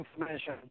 information